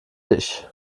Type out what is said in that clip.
dich